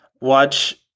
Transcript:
watch